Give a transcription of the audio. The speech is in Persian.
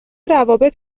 روابط